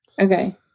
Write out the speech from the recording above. Okay